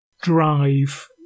drive